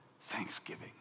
thanksgiving